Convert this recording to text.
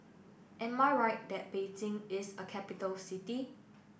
am I right that Beijing is a capital city